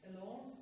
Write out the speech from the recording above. alone